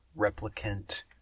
replicant